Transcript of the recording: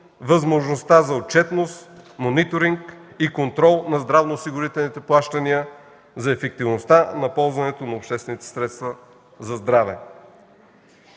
възможността за отчетност, мониторинг и контрол на здравноосигурителните плащания за ефективността на ползването на обществените средства за здраве.